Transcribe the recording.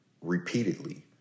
repeatedly